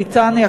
בריטניה,